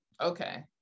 Okay